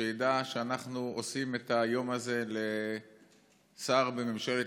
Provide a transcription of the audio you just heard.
שידע שאנחנו עושים את היום הזה לשר בממשלת